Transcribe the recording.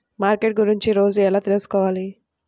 Market గురించి రోజు ఎలా తెలుసుకోవాలి?